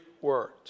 words